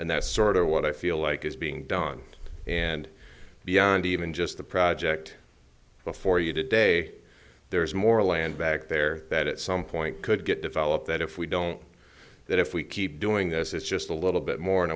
and that's sort of what i feel like is being done and beyond even just the project well for you today there's more land back there that at some point could get developed that if we don't that if we keep doing this it's just a little bit more and